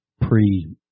pre